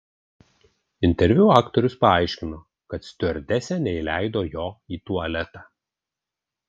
interviu aktorius paaiškino kad stiuardesė neįleido jo į tualetą